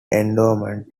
endowment